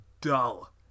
dull